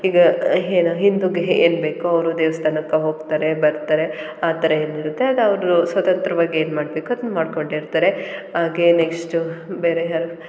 ಈಗ ಏನ ಹಿಂದೂಗೆ ಏನು ಬೇಕೋ ಅವರು ದೇವಸ್ಥಾನಕ್ಕೆ ಹೋಗ್ತಾರೆ ಬರ್ತಾರೆ ಆ ಥರ ಏನು ಇರುತ್ತೆ ಅದು ಅವರು ಸ್ವತಂತ್ರವಾಗಿ ಏನು ಮಾಡಬೇಕೋ ಅದ್ನ ಮಾಡ್ಕೊಂಡು ಇರ್ತಾರೆ ಹಾಗೇ ನೆಕ್ಸ್ಟು ಬೇರೆ ಯಾರು